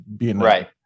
Right